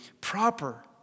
proper